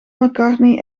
mccartney